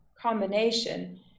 combination